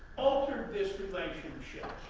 altered this relationship.